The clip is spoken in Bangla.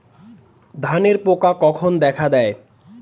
ধানের পোকা কখন দেখা দেয়?